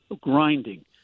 grinding